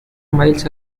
miles